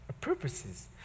purposes